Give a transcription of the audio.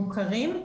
מוכרים,